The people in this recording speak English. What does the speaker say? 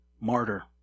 martyr